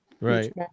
Right